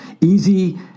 easy